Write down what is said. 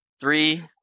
Three